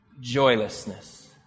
joylessness